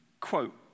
quote